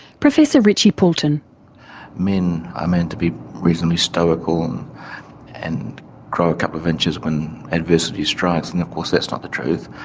richie poulton men are meant to be reasonably stoical um and grow a couple of inches when adversity strikes, and of course that's not the truth.